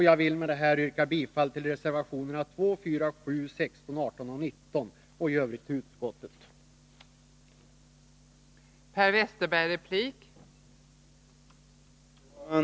Jag yrkar med detta bifall till reservationerna 2, 4, 7, 16, 18 och 19 och i Övrigt till utskottets hemställan.